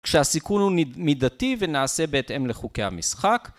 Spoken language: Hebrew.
כשהסיכון הוא מידתי ונעשה בהתאם לחוקי המשחק.